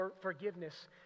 forgiveness